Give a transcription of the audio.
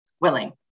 willing